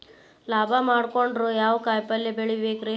ಲಾಭ ಮಾಡಕೊಂಡ್ರ ಯಾವ ಕಾಯಿಪಲ್ಯ ಬೆಳಿಬೇಕ್ರೇ?